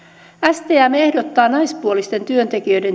stm ehdottaa naispuolisten työntekijöiden